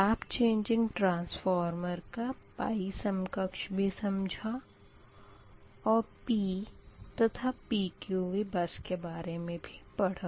tape changing transformer का pi समकक्ष भी समझा और P तथा PQV बस के बारे मे भी पढ़ा